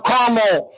Carmel